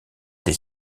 des